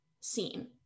seen